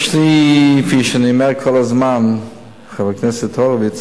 כפי שאני אומר כל הזמן, חבר הכנסת הורוביץ,